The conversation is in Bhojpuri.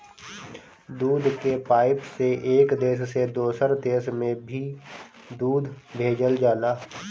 दूध के पाइप से एक देश से दोसर देश में भी दूध भेजल जाला